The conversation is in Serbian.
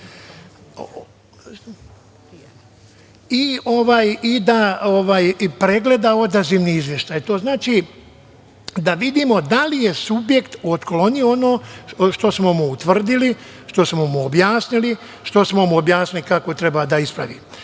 i da pregleda odazivni izvešaj. To znači da vidimo da li je subjekt otklonio ono što smo mu utvrdili, što smo mu objasnili, što smo mu objasnili kako treba da ispravi. Evo